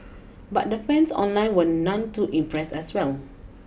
but the fans online were none too impressed as well